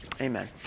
Amen